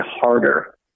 harder